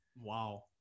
Wow